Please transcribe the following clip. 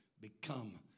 become